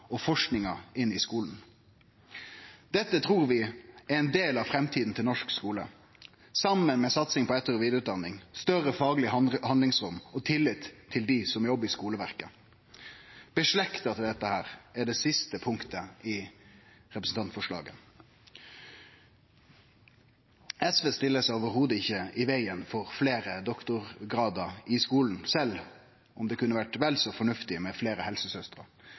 og forskinga inn i skulen. Dette trur vi er ein del av framtida til norsk skule – saman med ei satsing på etter- og vidareutdanning, større fagleg handlingsrom og tillit til dei som jobbar i skuleverket. På same måte er det med det siste punktet i representantforslaget. SV stiller seg absolutt ikkje i vegen for fleire doktorgradar i skulen, sjølv om det kunne ha vore vel så fornuftig med fleire